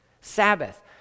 Sabbath